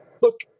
look